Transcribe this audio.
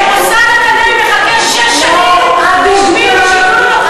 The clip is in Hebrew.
שמוסד אקדמי מחכה שש שנים בשביל שייתנו לו הכרה.